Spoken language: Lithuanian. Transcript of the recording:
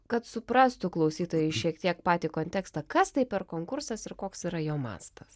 kad suprastų klausytojai šiek tiek patį kontekstą kas tai per konkursas ir koks yra jo mastas